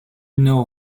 know